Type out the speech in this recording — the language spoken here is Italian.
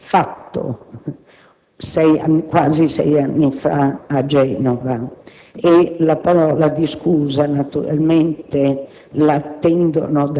che centinaia di cittadine e di cittadini europei, non solo italiani,